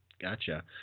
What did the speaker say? gotcha